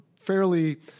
fairly